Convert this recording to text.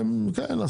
אלה